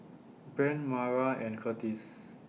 Brent Mayra and Curtiss